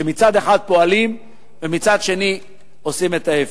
שמצד אחד פועלים ומצד שני עושים את ההיפך.